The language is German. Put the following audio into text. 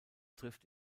trifft